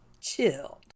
chilled